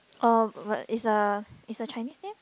oh but it's a it's a Chinese name